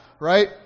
right